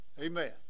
Amen